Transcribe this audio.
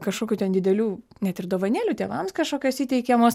kažkokių ten didelių net ir dovanėlių tėvams kažkokios įteikiamos